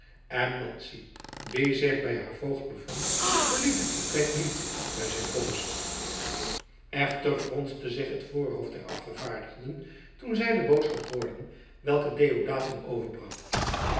en madzy die zich bij haar voogd bevond verliet het vertrek niet bij zijn komst echter fronste zich het voorhoofd der afgevaardigden toen zij de boodschap hoorden welke deodaat hun overbracht